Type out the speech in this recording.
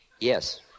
yes